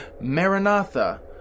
Maranatha